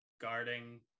guarding